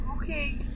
Okay